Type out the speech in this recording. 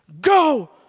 Go